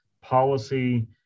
policy